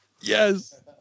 Yes